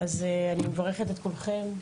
אז אני מברכת את כולכם,